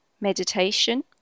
Meditation